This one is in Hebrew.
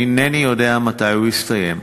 אינני יודע מתי הוא יסתיים.